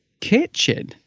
kitchen